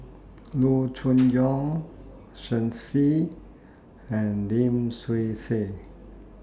Loo Choon Yong Shen Xi and Lim Swee Say